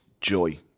joy